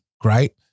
great